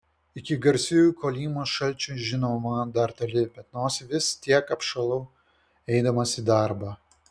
iki garsiųjų kolymos šalčių žinoma dar toli bet nosį vis tiek apšalau eidamas į darbą